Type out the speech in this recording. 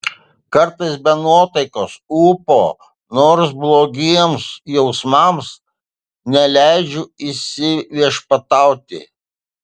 kartais be nuotaikos ūpo nors blogiems jausmams neleidžiu įsiviešpatauti